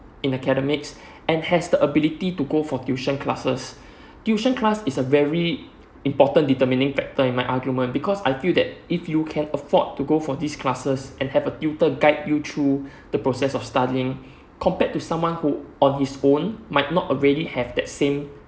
in academics and has the ability to go for tuition classes tuition class is a very important determining factor in my argument because I feel that if you can afford to go for this classes and have a tutor guide you through the process of studying compared to someone who on his own might not already have that same